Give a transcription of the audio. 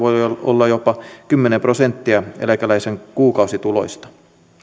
olla jopa kymmenen prosenttia eläkeläisen kuukausituloista kenenkään